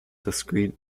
discrete